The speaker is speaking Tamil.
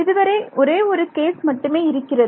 இதுவரை ஒரே ஒரு கேஸ் மட்டுமே இருக்கிறது